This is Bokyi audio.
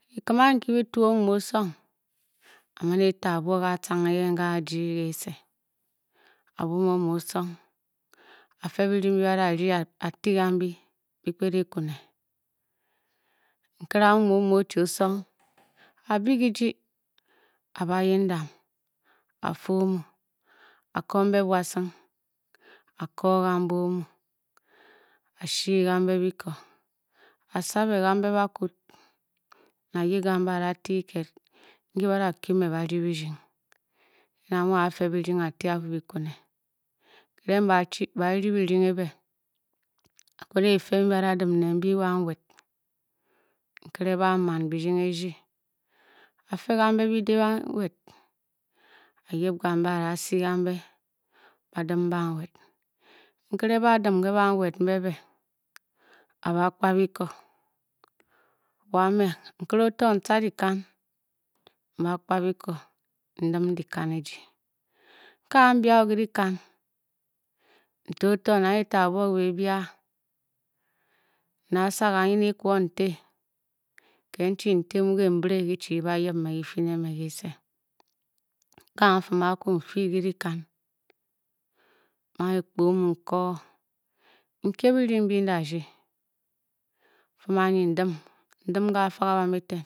Kikim anki nki be i tuu omu, mu osong, a-a mau ta abuo, ke atcang eyen, a-a jiji ke se, a buom oma osong, a-fe birding mbi ba da rdi a-ti gambi, bi-kped e-kwune. nkere a-mu, muu omu o-chi o-song, a- byi kijii a-ba yip ndam a-fe omu, a-ko mbe bua sung, a-ko gambe omu a- slu gambe biko, a- sàbě gambe bakwud ne a-yip gambe, a- da te kiked nki ba da kwu mě, ba rdi birding na a-a-mu-afe birding a-te a-fuu, byi kune, kirenge be-a rding birding e-bě, a- kpedeng e- fe mbi ba- da dim ne mbyi banwed, ke ba- a man birding e-rdi. a-fe gambe bidě nwed, a-yip gambe a-da sii kambe ba dim banwed, nkere ba- a dim ke banwed mbě bě, a- ba kpa biko, wa me, nkere o- to n- tca dyikan, m-ba kpa biko, n- dim dyikan ejii, ke mbyi a kwu ke dyikan, n ta ọtọ, n danghe ta abun ke bẹbia, n-da sá ka nyin ekwon n-te kiked ndi te, mu kenbrė ki chi kyiba yip n-ja ke-sẹ, ke-a n-fum akwu n-fii ke dyikan, mbanghe kpee omu n-kọ, n kie birding mbyi n- da nding fum anyi, mdim, mdim ke ka fa ki bam eten.